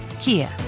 Kia